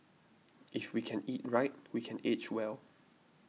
if we can eat right we can age well